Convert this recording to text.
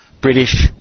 British